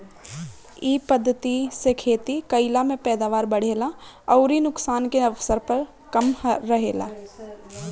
इ पद्धति से खेती कईला में पैदावार बढ़ेला अउरी नुकसान के अवसर कम रहेला